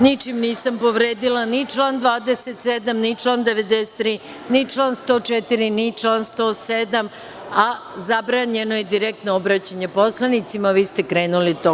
Ničim nisam povredila ni član 27, ni član 93, ni član 104, ni član 107, a zabranjeno je direktno obraćanje poslanicima, vi ste krenuli to.